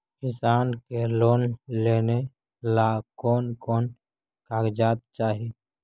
किसान के लोन लेने ला कोन कोन कागजात चाही?